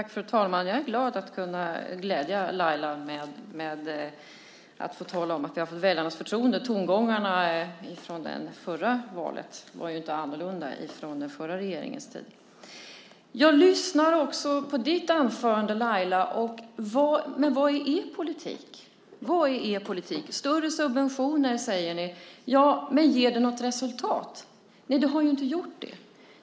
Fru talman! Jag är glad att jag har kunnat tala om för Laila att vi har fått väljarnas förtroende. Tongångarna från det förra valet var inte annorlunda med den förra regeringen. Jag lyssnade också på ditt anförande, Laila. Men vad är er politik? Större subventioner, säger ni. Men ger det något resultat? Nej, det har inte gjort det.